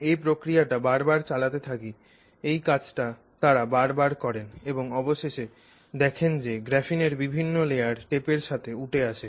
এই প্রক্রিয়াটাকে বার বার চালাতে থাকি এই কাজটা তারা বার বার করেন এবং অবশেষে দেখেন যে গ্রাফিনের বিভিন্ন লেয়ার টেপের সাথে উঠে আসে